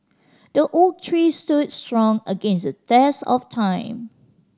the oak tree stood strong against the test of time